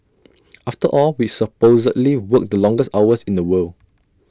after all we supposedly work the longest hours in the world